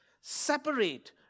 separate